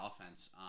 offense